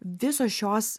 visos šios